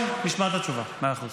נשמע את התשובה, מאה אחוז.